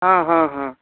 हाँ हाँ हाँ